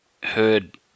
heard